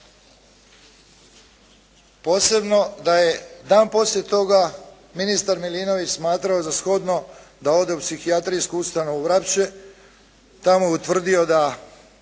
posebno da je dan poslije toga ministar Milinović smatrao za shodno da ode u psihijatrijsku ustanovu Vrapče. Tamo utvrdio da